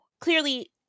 Clearly